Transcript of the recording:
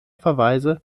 verweise